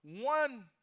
one